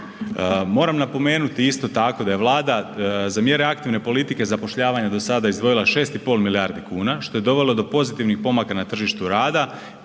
Moram napomenut isto tako da je Vlada za mjere aktivne politike zapošljavanja do sada izdvojila 6,5 milijardi kuna, što je dovelo do pozitivnih pomaka na tržištu rada,